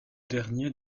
derniers